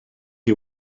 chi